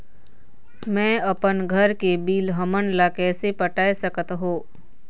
मैं अपन घर के बिल हमन ला कैसे पटाए सकत हो?